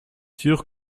sûr